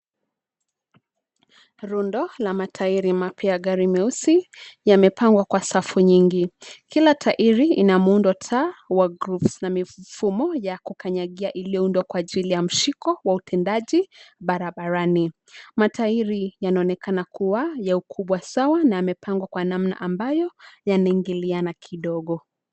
Rundo la matairi mapya ya gari meusi, yamepangwa kwa safu nyingi. Kila tairi inamuundo taa wa grooves na mifumo ya kukanyagia iliyoundwa kwa ajili ya mshiko wa utendaji barabarani. Matairi yanaonekana kuwa ya ukubwa sawa na yamepangwa kwa namna ambayo yanaingiliana kidogo.